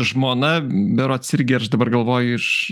žmona berods irgi aš dabar galvoju iš